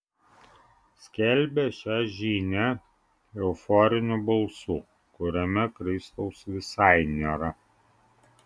skelbia šią žinią euforiniu balsu kuriame kristaus visai nėra